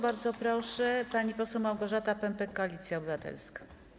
Bardzo proszę, pani poseł Małgorzata Pępek, Koalicja Obywatelska.